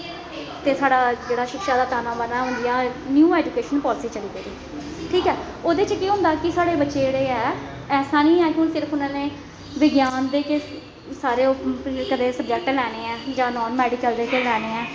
ते साढ़ा जेह्ड़ा शिक्षा दा ताना बाना हून जियां न्यू ऐजुकेशन पालिसी चली पेदी ठीक ऐ ओह्दे च केह् ऐ कि साढ़े बच्चे जेह्ड़े ऐ ऐसा नि ऐ कि सिर्फ उ'नें ने विज्ञान दे किश सारे ओह् करदे सब्जैक्ट लैने ऐ जां नॉन मैडिकल दे गै लैने ऐ